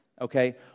okay